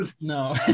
no